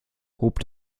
hob